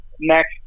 next